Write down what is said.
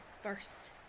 first